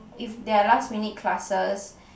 if there are last minute classes